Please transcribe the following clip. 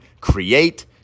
create